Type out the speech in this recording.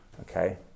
Okay